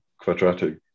quadratic